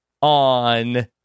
on